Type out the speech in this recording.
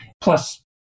Plus